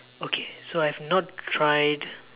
okay so I've not tried